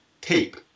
tape